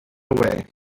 away